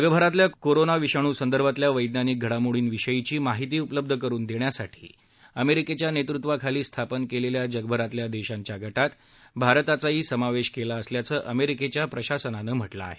जगभरातल्या कोरोना विषाणू संदर्भातल्या वेज्ञानिक घडामोडीं विषयीची माहिती उपलब्ध करून देण्यासाठी अमेरिकेच्या नेतृत्वाखाली स्थापन केलेल्या जगभरातल्या देशांच्या गटात भारताचाही समावेश केला असल्याचं अमेरिकेच्या प्रशासनानं स्पष्ट केलं आहे